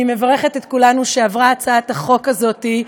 אני מברכת את כולנו שעברה הצעת החוק הזאת,